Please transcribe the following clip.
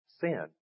sin